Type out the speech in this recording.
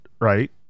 right